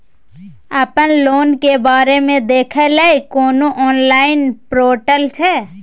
अपन लोन के बारे मे देखै लय कोनो ऑनलाइन र्पोटल छै?